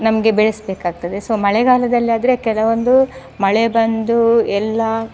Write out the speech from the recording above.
ನಮಗೆ ಬೆಳೆಸಬೇಕಾಗ್ತದೆ ಸೊ ಮಳೆಗಾಲದಲ್ಲಾದರೆ ಕೆಲವೊಂದು ಮಳೆ ಬಂದು ಎಲ್ಲ